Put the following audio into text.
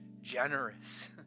generous